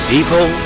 People